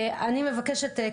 אני מבקשת,